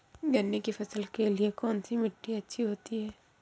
गन्ने की फसल के लिए कौनसी मिट्टी अच्छी होती है?